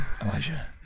Elijah